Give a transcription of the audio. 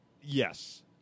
Yes